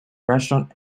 restaurant